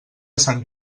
sant